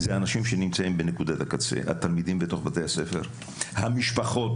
התלמידים בבתי הספר והמשפחות